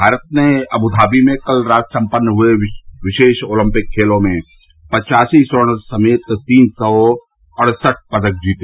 भारत ने अब्धाबी में कल रात सम्पन्न हुए विशेष ओलिम्पिक खेलों में पचासी स्वर्ण समेत तीन सौ अड़सठ पदक जीते